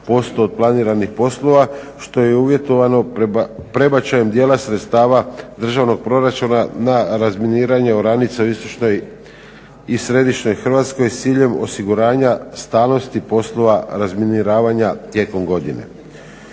51,2% od planiranih poslova što je i uvjetovano prebačajem dijela sredstava državnog proračuna na razminiranje oranica u istočnoj i središnjoj Hrvatskoj s ciljem osiguranja stalnosti poslova razminiravanja tijekom godine.